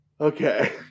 Okay